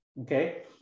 okay